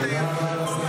תודה רבה לשר